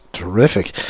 Terrific